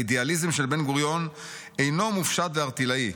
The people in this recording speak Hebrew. "האידיאליזם של בן-גוריון אינו מופשט וערטילאי,